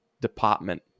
department